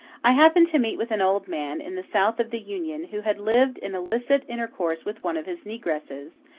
i happened to meet with an old man, in the south of the union, who had lived in illicit intercourse with one of his negresses,